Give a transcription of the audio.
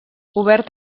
obert